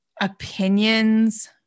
opinions